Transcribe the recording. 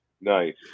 Nice